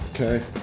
Okay